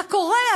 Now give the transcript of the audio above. מה קורה?